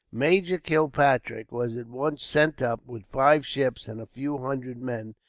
major kilpatrick was at once sent up, with five ships and a few hundred men,